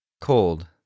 Cold